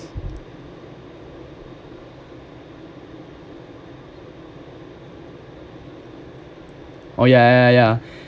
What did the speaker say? oh yeah yeah yeah yeah